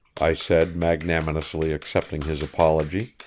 i said, magnanimously accepting his apology.